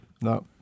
No